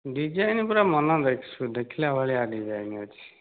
design ପୁରା ମନ ଦେଖିଲା ଦେଖିଲା ଭଳିଆ ଡିଜାଇନ ଅଛି